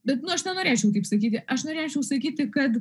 bet nu aš nenorėčiau taip sakyti aš norėčiau sakyti kad